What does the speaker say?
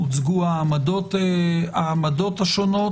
הוצגו העמדות השונות.